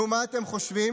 נו, מה אתם חושבים?